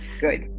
Good